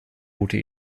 gute